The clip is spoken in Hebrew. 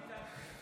ככה, ביטן?